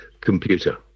computer